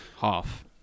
half